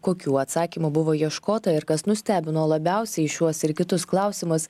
kokių atsakymų buvo ieškota ir kas nustebino labiausiai į šiuos ir kitus klausimus